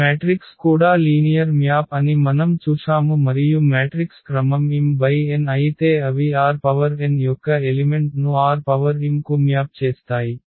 ఈ మ్యాట్రిక్స్ కూడా linear map అని మనం చూశాము మరియు మ్యాట్రిక్స్ క్రమం m×n అయితే అవి Rn యొక్క ఎలిమెంట్ ను Rm కు మ్యాప్ చేస్తాయి